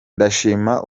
ndashima